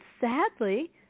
sadly